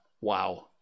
wow